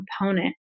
component